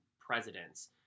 presidents